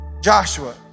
Joshua